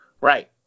Right